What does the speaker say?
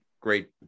great